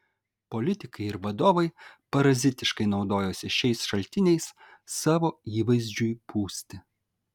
politikai ir vadovai parazitiškai naudojasi šiais šaltiniais savo įvaizdžiui pūsti